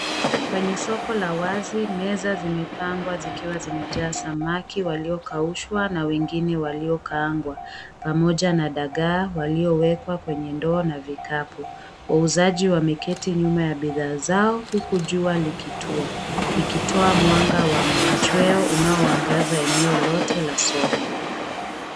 Kwenye soko la wazi, meza zimepangwa zikiwa zimejaa samaki waliokaushwa na wengine waliokaangwa pamoja na dagaa waliowekwa kwenye ndoo na vikapu. Wauzaji wameketi mbele ya bidhaa zao huku jua likitua likitoa mwanga wa machweo unaoangaza eneo lote la soko.